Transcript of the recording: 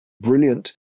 brilliant